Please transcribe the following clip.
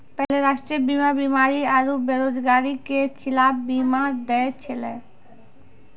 पहिले राष्ट्रीय बीमा बीमारी आरु बेरोजगारी के खिलाफ बीमा दै छलै